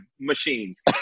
machines